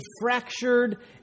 fractured